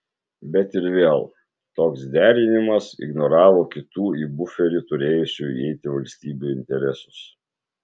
bet ir vėl toks derinimas ignoravo kitų į buferį turėjusių įeiti valstybių interesus